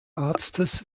arztes